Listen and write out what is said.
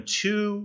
two